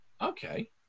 okay